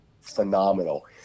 phenomenal